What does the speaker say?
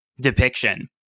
depiction